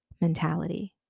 mentality